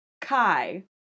kai